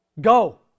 go